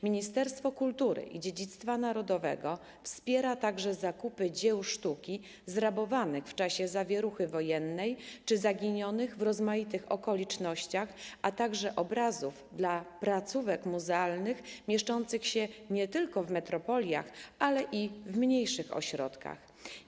Ministerstwo Kultury i Dziedzictwa Narodowego wspiera także zakupy dzieł sztuki zrabowanych w czasie zawieruchy wojennej czy zaginionych w rozmaitych okolicznościach, a także obrazów dla placówek muzealnych mieszczących się nie tylko w metropoliach, ale i w mniejszych ośrodkach.